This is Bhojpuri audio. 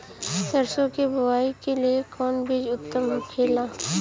सरसो के बुआई के लिए कवन बिज उत्तम होखेला?